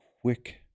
quick